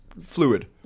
fluid